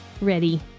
Ready